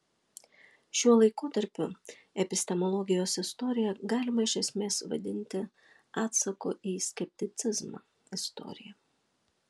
šiuo laikotarpiu epistemologijos istoriją galima iš esmės vadinti atsako į skepticizmą istorija